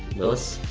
willis.